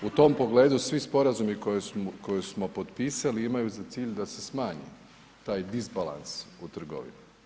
U tom pogledu svi sporazumi koje smo potpisali, imaju za cilj da se smanji taj disbalans u trgovini.